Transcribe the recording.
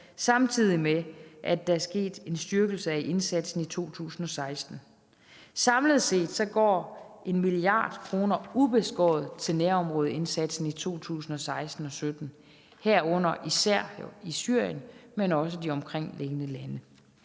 samtidig med at der er sket en styrkelse af indsatsen i 2016. Samlet set går 1 mia. kr. ubeskåret til nærområdeindsatsen i 2016 og 2017, herunder især i Syrien, men også i de omkringliggende lande.